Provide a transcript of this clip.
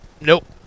Nope